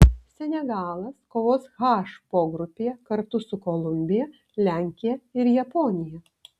senegalas kovos h pogrupyje kartu su kolumbija lenkija ir japonija